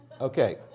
Okay